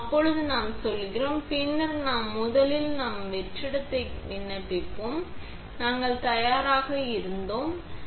அங்கே நாம் செல்கிறோம் பின்னர் நாம் முதலில் நாம் வெற்றிடத்தை விண்ணப்பிப்போம் நாங்கள் தயாராக இருந்தோம் என்று நமக்கு சொல்கிறது